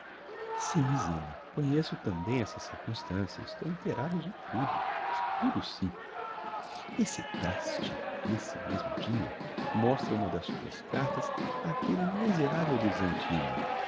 sim zina conheço tambem essa circumstancia estou inteirada de tudo de tudo sim esse traste n'esse mesmo dia mostra uma das tuas cartas áquelle miseravel do